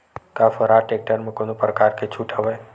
का स्वराज टेक्टर म कोनो प्रकार के छूट हवय?